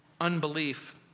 Unbelief